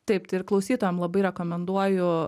taip tai ir klausytojam labai rekomenduoju